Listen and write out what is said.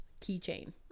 keychain